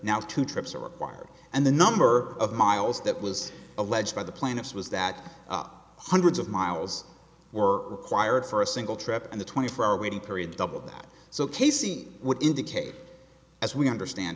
now two trips are required and the number of miles that was alleged by the plaintiffs was that hundreds of miles were acquired for a single trip in the twenty four hour waiting period double that so casey would indicate as we understand